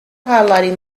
highlighting